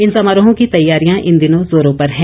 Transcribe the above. इन समारोहों की तैयारियां इन दिनों जोरों पर हैं